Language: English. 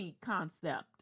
concept